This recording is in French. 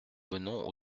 venons